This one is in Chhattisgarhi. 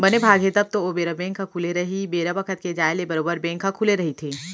बने भाग हे तब तो ओ बेरा बेंक ह खुले रही बेरा बखत के जाय ले बरोबर बेंक ह खुले रहिथे